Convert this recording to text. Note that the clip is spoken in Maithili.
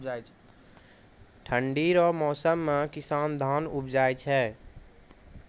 ठंढी रो मौसम मे किसान धान उपजाय छै